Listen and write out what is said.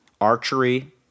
archery